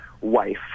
wife